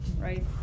right